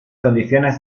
condiciones